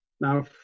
Now